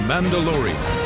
Mandalorian